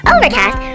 Overcast